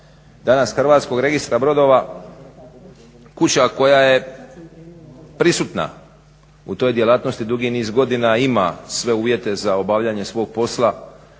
danas Hrvatskog registra brodova, kuća koja je prisutna u toj djelatnosti dug niz godina i ima sve uvjete za obavljanje svog posla